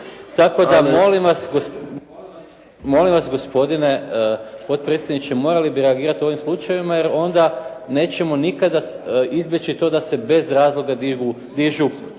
Tako da, molim vas gospodine potpredsjedniče, morali bi reagirat u ovim slučajevima jer onda nećemo nikada izbjeći to da se bez razloga dižu